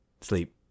sleep